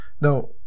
now